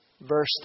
Verse